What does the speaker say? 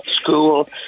school